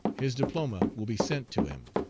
his diploma will be sent to him.